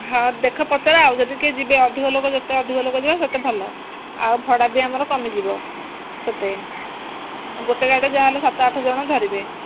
ହଁ ଦେଖ ପଚାର ଆଉ ଯଦି କିଏ ଯିବେ ଅଧିକ ଲୋକ ଯେତେ ଅଧିକ ଲୋକ ଯିବେ ସେତେ ଭଲ ଆଉ ଭଡ଼ା ବି ଆମର କମିଯିବ ସେତେ ଗୋଟେ ଗାଡ଼ିରେ ଯାହାହେଲେ ସାତ ଆଠ ଜଣ ଧରିବେ